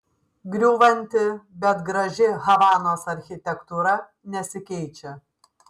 griūvanti bet graži havanos architektūra nesikeičia